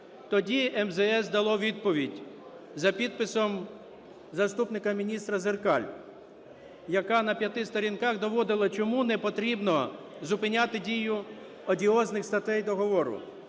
тоді МЗС дало відповідь за підписом заступника міністра Зеркаль, яка на п'яти сторінках доводила, чому не потрібно зупиняти дію одіозних статей договору.